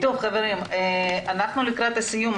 אנחנו לקראת סיום.